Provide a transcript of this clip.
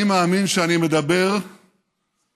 אני מאמין שאני מדבר כמעט,